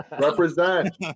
Represent